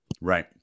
right